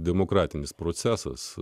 demokratinis procesas